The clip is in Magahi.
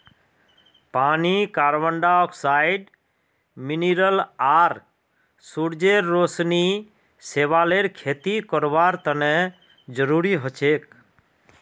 पानी कार्बन डाइऑक्साइड मिनिरल आर सूरजेर रोशनी शैवालेर खेती करवार तने जरुरी हछेक